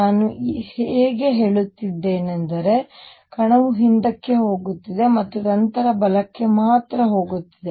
ನಾನು ಹೇಗೆ ಹೇಳುತ್ತಿದ್ದೇನೆಂದರೆ ಕಣವು ಹಿಂದಕ್ಕೆ ಹೋಗುತ್ತಿದೆ ಮತ್ತು ನಂತರ ಬಲಕ್ಕೆ ಮಾತ್ರ ಹೋಗುತ್ತಿದೆ